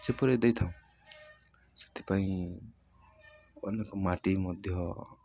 ସେପରି ଦେଇଥାଉ ସେଥିପାଇଁ ଅନେକ ମାଟି ମଧ୍ୟ